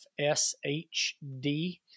FSHD